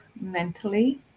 mentally